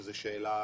שזו שאלה,